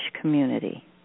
community